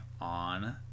on